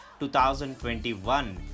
2021